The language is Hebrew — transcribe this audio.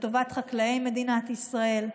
לטובת חקלאי מדינת ישראל,